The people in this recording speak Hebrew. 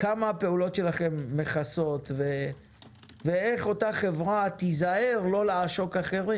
כמה הפעולות שלכם מכסות ואיך אותה חברה תיזהר לא לעשוק אחרים?